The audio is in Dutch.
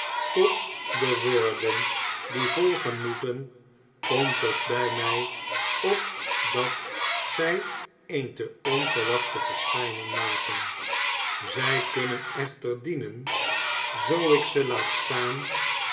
tot de woorden die volgen moeten komt het by mjj op dat zy een te onverwachte verschjjning maken zj kunnen echter dienen zoo ik ze laat staan